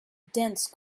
dense